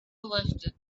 lifted